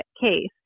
case